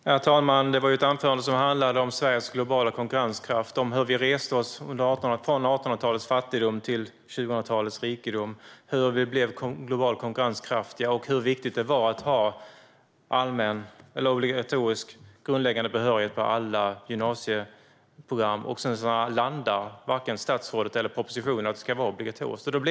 Herr talman! Det var ett anförande som handlade om Sveriges globala konkurrenskraft och om hur vi reste oss från 1800-talets fattigdom till 2000-talets rikedom. Det handlade om hur vi blev globalt konkurrenskraftiga och hur viktigt det var att ha obligatorisk grundläggande behörighet på alla gymnasieprogram. Sedan landar varken statsrådet eller propositionen i att det ska vara obligatoriskt.